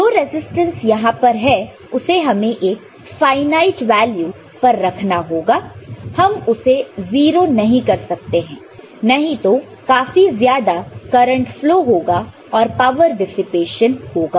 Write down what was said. जो रजिस्टेंस यहां पर है उसे हमें एक फाइनाइट वैल्यू पर रखना होगा हम उसे 0 नहीं कर सकते हैं नहीं तो काफी ज्यादा करंट फ्लो होगा और पावर डिसिपेशन होगा